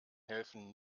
helfen